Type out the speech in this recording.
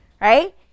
Right